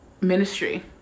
ministry